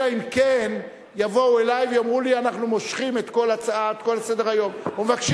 אלא אם כן יבואו אלי ויאמרו לי: אנחנו מושכים את כל סדר-היום ומבקשים,